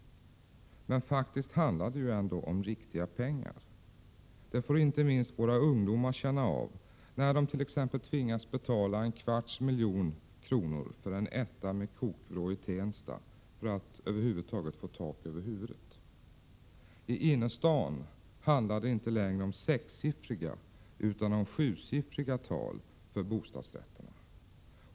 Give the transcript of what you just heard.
Men det handlar ändå om riktiga pengar. Det får inte minst våra ungdomar känna av när det.ex. tvingas betala en kvarts miljon för en etta med kokvrå i Tensta, för att över huvud taget få tak över huvudet. I innerstaden handlar det inte längre om sexsiffriga utan om sjusiffriga tal för bostadsrätterna.